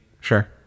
Sure